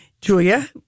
Julia